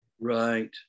Right